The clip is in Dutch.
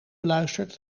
beluisterd